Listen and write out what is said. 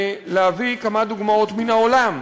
כמה דוגמאות מן העולם.